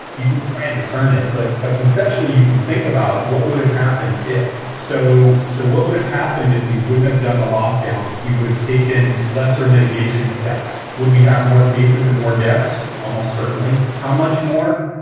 you can discern it. but ah conceptually, you can think about what would have happened. if so, so what would have happened if we wouldn't have done the lockdown's if we would have taken lesser mitigation steps, would we have more cases and more deaths? almost certainly. how much more?